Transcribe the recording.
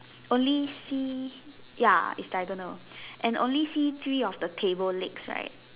only see ya it's diagonal and only see three of the table legs right